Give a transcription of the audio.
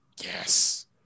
Yes